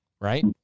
Right